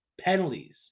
penalties